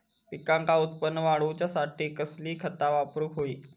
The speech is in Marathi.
पिकाचा उत्पन वाढवूच्यासाठी कसली खता वापरूक होई?